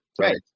Right